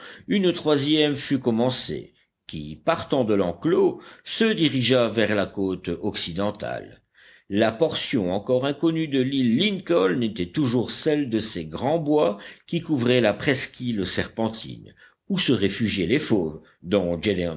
une troisième fut commencée qui partant de l'enclos se dirigea vers la côte occidentale la portion encore inconnue de l'île lincoln était toujours celle de ces grands bois qui couvraient la presqu'île serpentine où se réfugiaient les fauves dont